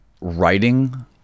writing